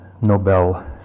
Nobel